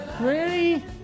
ready